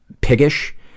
piggish